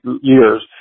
years